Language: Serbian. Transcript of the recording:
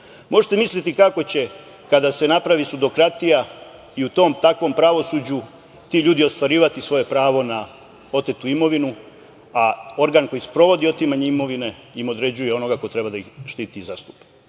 Možete mislite kako će kada se napravi sudokratija i u tom takvom pravosuđu ti ljudi ostvarivati svoje pravo na otetu imovinu, a organ koji sprovodi otimanje imovine im određuje onoga ko treba da ih štiti i zastupa.